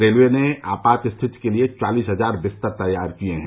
railway ने आपात स्थिति के लिए चालीस हजार बिस्तर तैयार किये हैं